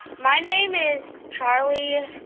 my name is charlie.